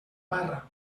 barra